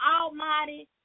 almighty